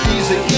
Easy